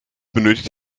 benötigt